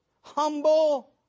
humble